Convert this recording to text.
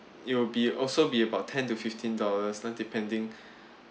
it will be also be about ten to fifteen dollars not depending